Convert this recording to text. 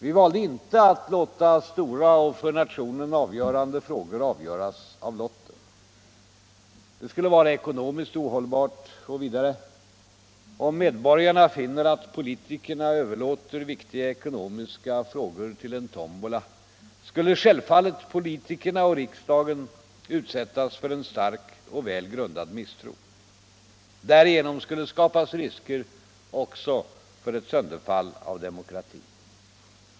Vi valde inte att låta stora och för nationen avgörande frågor avgöras av lotten. Det skulle vara ekonomiskt ohållbart. Och vidare: Om medborgarna finner att politikerna överlåter viktiga ekonomiska frågor till en tombola, skulle självfallet politikerna och riksdagen utsättas för en stark och väl grundad misstro. Därigenom skulle skapas risker också för ett sönderfall av demokratin.